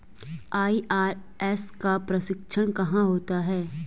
IRS का प्रशिक्षण कहाँ होता है?